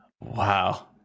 wow